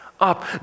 up